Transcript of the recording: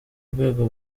rwego